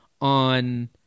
on